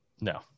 No